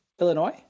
Illinois